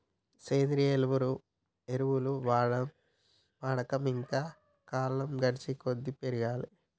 సేంద్రియ ఎరువుల వాడకం ఇంకా కాలం గడిచేకొద్దీ పెరగాలే